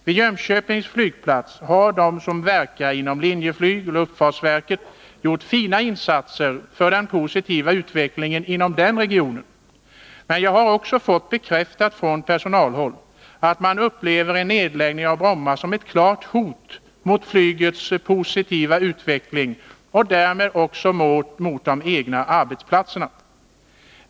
Vid Jönköpings flygplats har de som verkar inom Linjeflyg och luftfartsverket gjort fina insatser för den positiva utvecklingen inom regionen. Men jag har också fått bekräftat från personalhåll att man upplever en nedläggning av Bromma som ett klart hot mot flygets positiva utveckling och därmed också mot de egna arbetsplatserna.